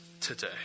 Today